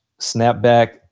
snapback